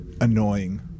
annoying